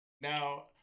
Now